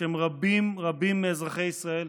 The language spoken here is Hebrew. בשם רבים רבים מאזרחי ישראל,